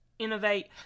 innovate